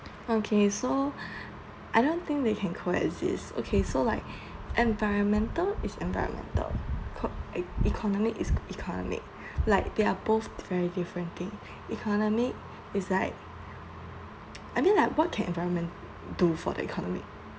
okay so I don't think they can coexist okay so like environmental is environmental co~ ec~ economy is economy like they're both very different thing economy is like I mean like what can environment do for the economy